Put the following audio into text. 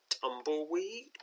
tumbleweed